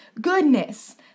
goodness